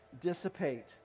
dissipate